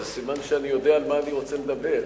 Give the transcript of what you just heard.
זה סימן שאני יודע על מה אני רוצה לדבר,